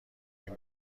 این